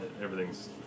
everything's